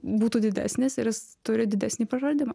būtų didesnis ir jis turi didesnį praradimą